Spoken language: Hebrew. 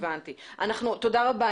תודה רבה.